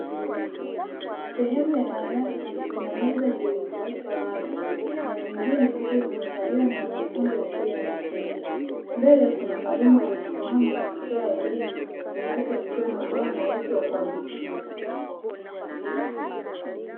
Sehemu ya darasa kuna meza zilizoachwa wazi na zingine zikiwa zimekaliwa na wanafunzi, mbele kuna mwalimu aliyesimama na kutoa elimu nyuma yake kukiwa na ubao mweusi wa kuandikia.